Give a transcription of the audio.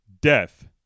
Death